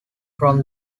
from